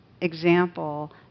example